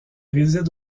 réside